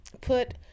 put